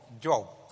job